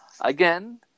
again